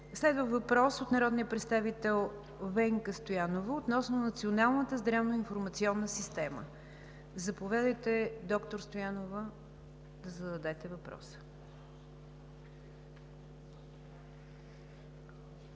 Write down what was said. Следва въпрос от народния представител Венка Стоянова относно Националната здравна информационна система. Заповядайте, доктор Стоянова, да зададете въпроса.